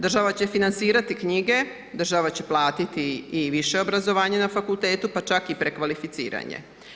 Država će financirati knjige, država će platiti i više obrazovanje na fakultetu, pa čak i prekvalificiranje.